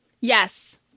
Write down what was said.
Yes